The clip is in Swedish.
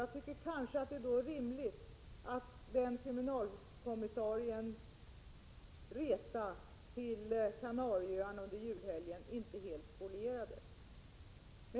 Jag tycker nog att det då var rimligt att kriminalkommissariens resa till Kanarieöarna under julhelgen inte helt spolierades.